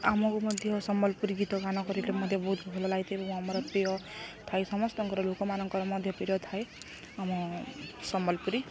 ଆମକୁ ମଧ୍ୟ ସମ୍ବଲପୁରୀ ଗୀତ ଗାନ କରେ ମଧ୍ୟ ବହୁତ ଭଲ ଲାଗିଥାଏ ଏବଂ ଆମର ପ୍ରିୟ ଥାଏ ସମସ୍ତଙ୍କର ଲୋକମାନଙ୍କର ମଧ୍ୟ ପ୍ରିୟ ଥାଏ ଆମ ସମ୍ବଲପୁରୀ